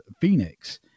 Phoenix